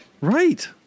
right